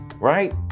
right